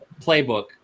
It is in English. playbook